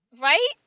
Right